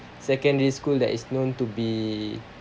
secondary school that is known to be